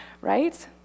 right